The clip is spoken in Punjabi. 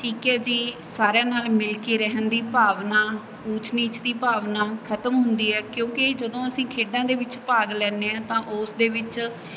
ਠੀਕ ਹੈ ਜੀ ਸਾਰਿਆਂ ਨਾਲ ਮਿਲ ਕੇ ਰਹਿਣ ਦੀ ਭਾਵਨਾ ਊਚ ਨੀਚ ਦੀ ਭਾਵਨਾ ਖਤਮ ਹੁੰਦੀ ਹੈ ਕਿਉਂਕਿ ਜਦੋਂ ਅਸੀਂ ਖੇਡਾਂ ਦੇ ਵਿੱਚ ਭਾਗ ਲੈਂਦੇ ਹਾਂ ਤਾਂ ਉਸ ਦੇ ਵਿੱਚ